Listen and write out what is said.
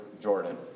Jordan